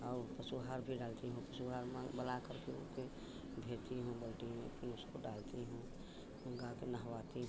और पशुहार भी डालती हूँ पशुहार मांग बना करके उके भेजती हूँ बालटी में फिर उसको डालती हूँ गाय को नहवाती हूँ